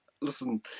listen